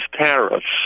tariffs